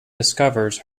discovers